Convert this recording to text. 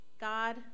God